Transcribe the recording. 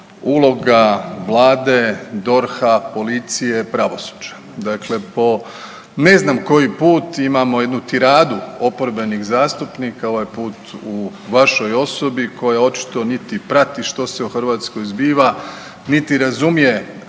uloga Vlade, DORH-a, policije, pravosuđa. Dakle po ne znam koji put imamo jednu tiradu oporbenih zastupnika, ovaj put u vašoj osobi koja očito niti prati što se u Hrvatskoj zbiva, niti razumije